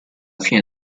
fine